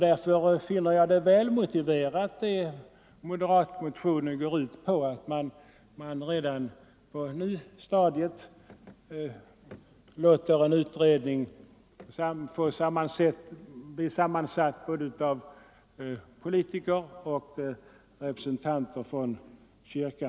Därför finner jag det välmotiverat att man redan på nustadiet tillsätter en utredning, sammansatt av både politiker och representanter för kyrkan.